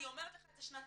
אני אומרת לך את זה שנתיים.